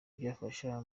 byafasha